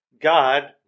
God